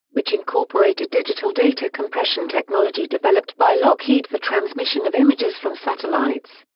which incorporated digital data compression technology developed by lockheed for transmission of images from satellites.